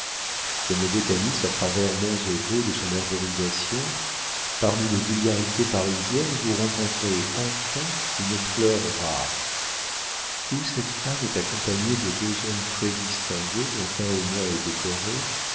comme le botaniste à travers monts et vaux de son herborisation parmi les vulgarités parisiennes vous rencontrez enfin une fleur rare ou cette femme est accompagnée de deux hommes très distingués dont un au moins est décoré